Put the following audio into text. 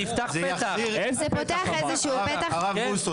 הרב בוסו,